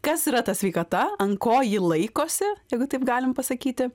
kas yra ta sveikata ant ko ji laikosi jeigu taip galim pasakyti